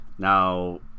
Now